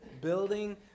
Building